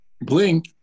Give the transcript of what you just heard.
Blink